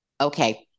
Okay